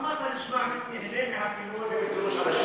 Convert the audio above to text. למה אתה נשמע נהנה מהפינוי, מגירוש אנשים?